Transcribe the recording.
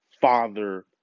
father